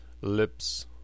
Lips